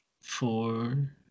four